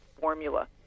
formula